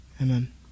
amen